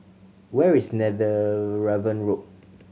where is Netheravon Road